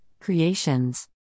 Creations